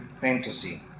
fantasy